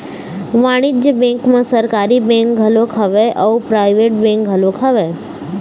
वाणिज्य बेंक म सरकारी बेंक घलोक हवय अउ पराइवेट बेंक घलोक हवय